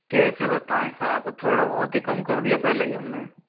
कैसे बताएँ सर आपको थोड़ा बहुत ही कम कर दिया पहले ही हमने